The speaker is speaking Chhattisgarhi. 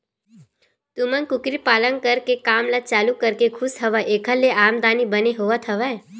तुमन कुकरी पालन करे के काम ल चालू करके खुस हव ऐखर ले आमदानी बने होवत हवय?